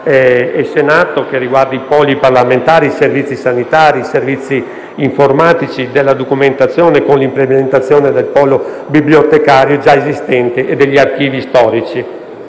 e Senato riguardano i poli parlamentari, i servizi sanitari, i servizi informatici e della documentazione, con l'implementazione del polo bibliotecario già esistente e degli archivi storici.